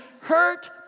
hurt